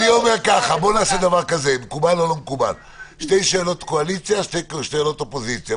אני מציע שניתן שתי שאלות לקואליציה ושתי שאלות לאופוזיציה.